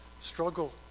struggle